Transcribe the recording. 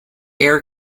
air